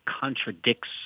contradicts